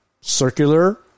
circular